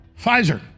Pfizer